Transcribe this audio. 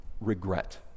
regret